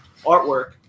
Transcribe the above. artwork